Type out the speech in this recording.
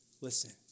Listen